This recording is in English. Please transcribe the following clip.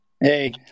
Hey